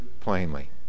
plainly